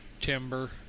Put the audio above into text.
timber